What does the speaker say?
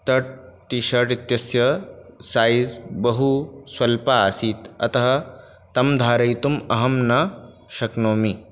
तत् टीशर्ट् इत्यस्य सैज़् बहुस्वल्पः आसीत् अतः तं धारयितुम् अहं न शक्नोमि